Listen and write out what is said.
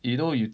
you know you